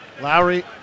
Lowry